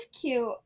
cute